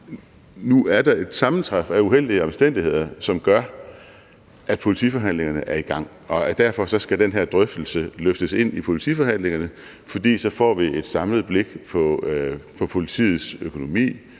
nu er der et sammentræf af uheldige omstændigheder, som gør, at politiforhandlingerne er i gang, og at den her drøftelse derfor skal løftes ind i politiforhandlingerne, for så får vi et samlet blik på politiets økonomi,